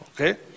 Okay